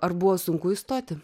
ar buvo sunku įstoti